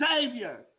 Savior